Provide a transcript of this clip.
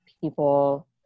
people –